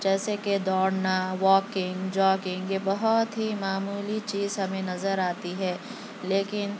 جیسے کہ دوڑنا واکنگ جاکنگ یہ بہت ہی معمولی چیز ہمیں نظر آتی ہے لیکن